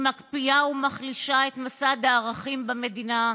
היא מקפיאה ומחלישה את מסד הערכים במדינה.